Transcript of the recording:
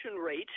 rate